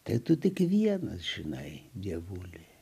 tai tu tik vienas žinai dievuli